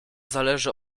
zależy